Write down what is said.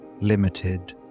limited